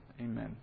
Amen